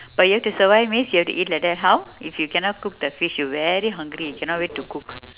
but you have to survive means you have to eat like that how if you cannot cook the fish you very hungry cannot wait to cook